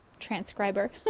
transcriber